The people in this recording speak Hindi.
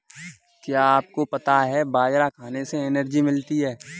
क्या आपको पता है बाजरा खाने से एनर्जी मिलती है?